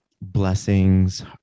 blessings